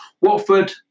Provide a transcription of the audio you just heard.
Watford